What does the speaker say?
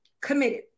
committed